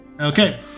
Okay